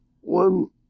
One